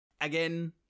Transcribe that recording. again